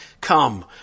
come